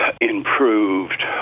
improved